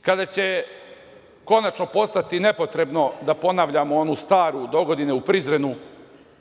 kada će konačno postati nepotrebno da ponavljamo onu staru - dogodine u Prizrenu,